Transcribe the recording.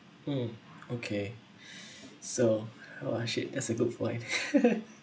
mm okay so !wah! shit that's a good point